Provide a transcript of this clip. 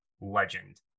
legend